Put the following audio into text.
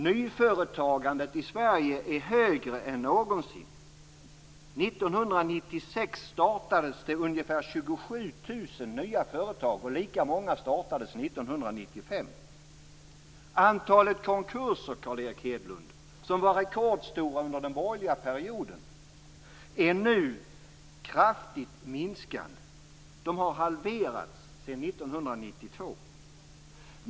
Nyföretagandet i Sverige är större än någonsin. År 1996 startades ungefär 27 000 nya företag, och lika många startades år 1995. Antalet konkurser, Carl Erik Hedlund, som var rekordstort under den borgerliga perioden, är nu kraftigt minskande. De har halverats sedan 1992.